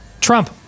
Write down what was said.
Trump